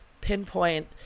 pinpoint